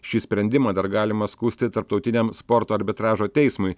šį sprendimą dar galima skųsti tarptautiniam sporto arbitražo teismui